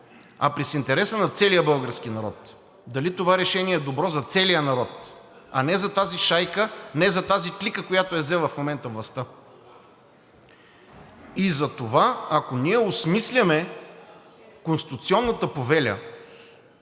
а през интереса на целия български народ – дали това решение е добро за целия български народ, а не за тази шайка, не за тази клика, която е взела в момента властта. И затова, ако ние осмисляме конституционната повеля,